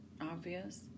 obvious